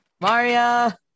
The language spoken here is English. Maria